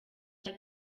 cya